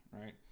right